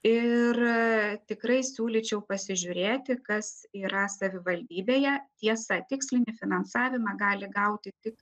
ir tikrai siūlyčiau pasižiūrėti kas yra savivaldybėje tiesa tikslinį finansavimą gali gauti tik